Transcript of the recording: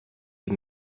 die